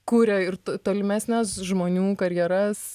kuria ir to tolimesnes žmonių karjeras